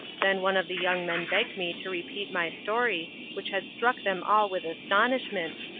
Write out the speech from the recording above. then one of the young men begged me to repeat my story, which had struck them all with astonishment,